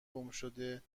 گمشده